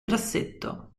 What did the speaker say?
grassetto